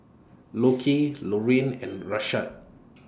Lockie Laurine and Rashad